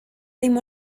ddim